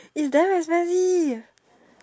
is damn expensive